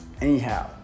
Anyhow